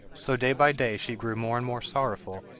so day by day she grew more and more sorrowful,